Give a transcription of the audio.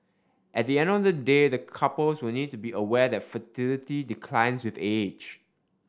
at the end of the day the couples will need to be aware that fertility declines with age